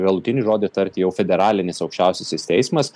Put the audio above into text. galutinį žodį tarti jau federalinis aukščiausiasis teismas